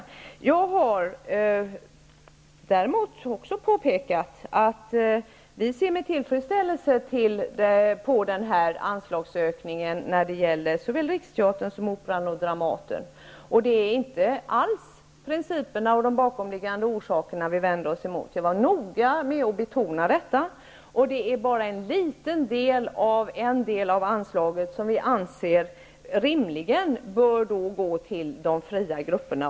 Jag har däremot också påpekat att vi ser med tillfredsställelse på anslagsökningen till såväl Riksteatern som Operan och Dramaten. Det är inte alls principerna och de bakomliggande orsakerna vi vänder oss emot. Jag var noga med att betona detta, och det är bara en liten del av anslaget som vi anser rimligen bör gå till de fria grupperna.